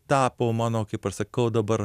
tapo mano kaip aš sakau dabar